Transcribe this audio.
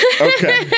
Okay